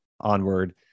onward